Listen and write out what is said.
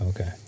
Okay